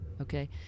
Okay